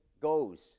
goes